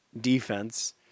defense